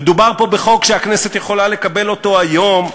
מדובר פה בחוק שהכנסת יכולה לקבל אותו היום,